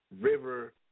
river